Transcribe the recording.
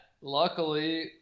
Luckily